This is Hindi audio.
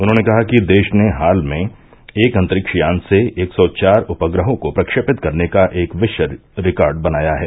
उन्होंने कहा कि देश ने हाल में एक अंतरिक्ष यान से एक सौ चार उपग्रहों को प्रक्षेपित करने का एक विश्व रिकॉर्ड बनाया है